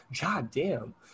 goddamn